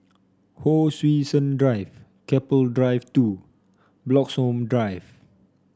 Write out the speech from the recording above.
Hon Sui Sen Drive Keppel Drive Two Bloxhome Drive